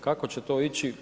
Kako će to ići?